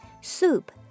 Soup